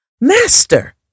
Master